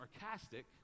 sarcastic